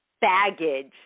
baggage